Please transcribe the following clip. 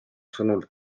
sõnul